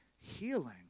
healing